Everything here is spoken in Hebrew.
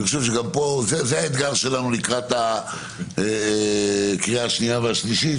זה האתגר שלנו לקראת הקריאה השנייה והשלישית,